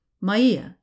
Maia